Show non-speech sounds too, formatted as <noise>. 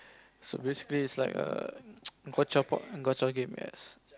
so basically it's like err <noise>